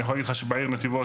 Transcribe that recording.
אני יוכל להגיד לך שבעיר נתיבות,